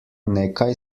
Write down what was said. nekaj